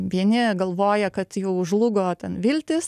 vieni galvoja kad jau žlugo ten viltys